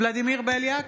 ולדימיר בליאק,